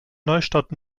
neustadt